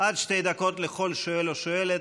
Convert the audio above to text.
עד שתי דקות לכל שואל או שואלת,